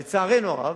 לצערנו הרב